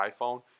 iPhone